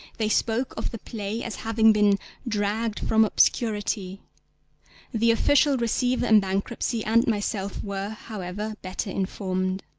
they spoke of the play as having been dragged from obscurity the official receiver in bankruptcy and myself were, however, better informed.